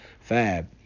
Fab